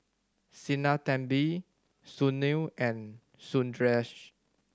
Sinnathamby Sunil and Sundaresh